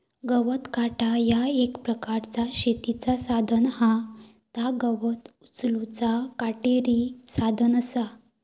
गवत काटा ह्या एक प्रकारचा शेतीचा साधन हा ता गवत उचलूचा काटेरी साधन असा